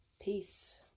peace